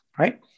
right